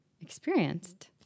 experienced